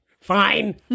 Fine